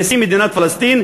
נשיא מדינת פלסטין,